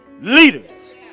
leaders